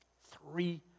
Three